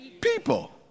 people